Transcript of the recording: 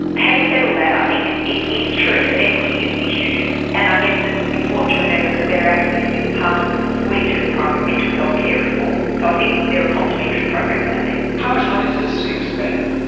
having said all that i think it is true that equity is an issue and i guess it's important to remember that better access is part of a suite of primary mental health care reforms. so i think there are complimentary programs out there. how much money does this scheme spend?